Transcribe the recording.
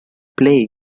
play